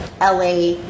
LA